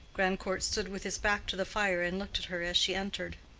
grandcourt stood with his back to the fire and looked at her as she entered.